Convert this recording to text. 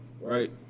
Right